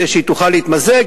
כדי שהיא תוכל להתמזג,